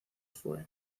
fue